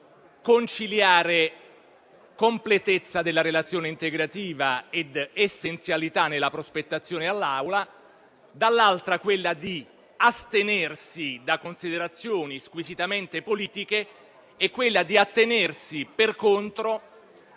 conciliare completezza della relazione integrativa ed essenzialità nella prospettazione all'Assemblea e, dall'altro, quello di astenersi da considerazioni squisitamente politiche e di attenersi, per contro,